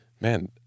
man